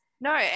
no